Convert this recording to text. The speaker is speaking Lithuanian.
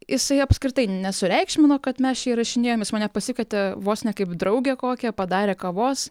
jisai apskritai nesureikšmino kad mes čia įrašinėjom jis mane pasikvietė vos ne kaip draugę kokią padarė kavos